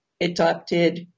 adopted